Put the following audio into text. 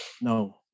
No